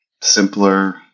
simpler